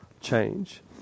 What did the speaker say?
change